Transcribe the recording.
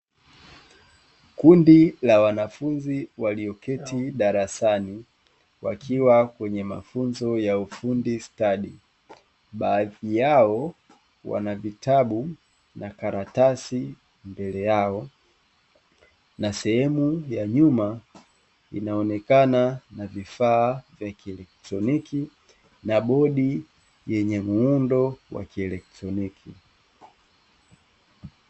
Kundi la wanafunzi walioketi darasani wakiwa kwenye mafunzo ya ufundi stadi, baadhi yao wana vitabu na karatasi mbele yao na sehemu ya nyuma inaonekana na vifaa vya kielektroniki na bodi yenye muundo wa kielektroniki.